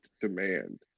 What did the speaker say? demand